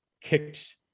kicked